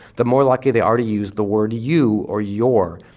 the more likely they are to use the word you or your,